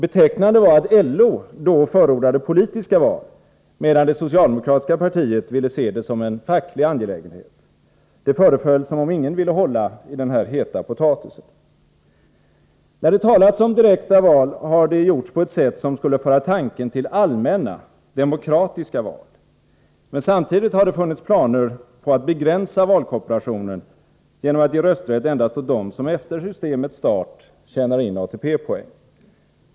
Betecknande var att LO då förordade politiska val, medan det socialdemokratiska partiet ville se det som en facklig angelägenhet. Det föreföll som om ingen ville hålla i den heta potatisen. När det talats om direkta val, har det gjorts på ett sätt som skulle föra tanken till allmänna, demokratiska val. Men samtidigt har det funnits planer på att begränsa valkorporationen genom att ge rösträtt endast åt dem som efter systemets start tjänar in ATP-poäng.